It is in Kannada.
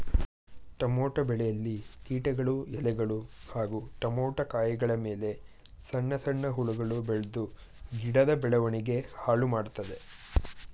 ಟಮೋಟ ಬೆಳೆಯಲ್ಲಿ ಕೀಟಗಳು ಎಲೆಗಳು ಹಾಗೂ ಟಮೋಟ ಕಾಯಿಗಳಮೇಲೆ ಸಣ್ಣ ಸಣ್ಣ ಹುಳಗಳು ಬೆಳ್ದು ಗಿಡದ ಬೆಳವಣಿಗೆ ಹಾಳುಮಾಡ್ತದೆ